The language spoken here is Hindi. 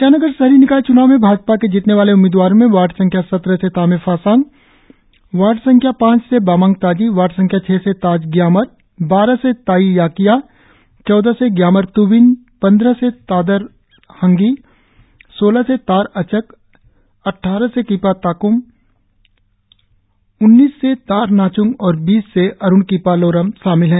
ईटानगर शहरी निकाय च्नाव में भाजपा के जीतने वाले उम्मीदवारों में वार्ड संख्या सत्रह से तामे फासांग वार्ड संख्या पांच से बामांग ताजी वार्ड संख्या छह से ताज ग्यामर बारह से ताई याकिया चौदह से ग्यामर त्विन पंद्रह से तादर हांघि सोलह से तार अचक अद्वारह से किपा ताक्म उन्नीस से तार्ह नाच्ंग और बीस से अरुण किपा लोरम शामिल है